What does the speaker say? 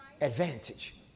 Advantage